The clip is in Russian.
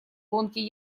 гонке